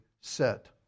set